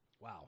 Wow